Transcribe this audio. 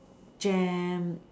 jam